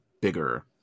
bigger